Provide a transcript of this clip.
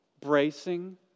bracing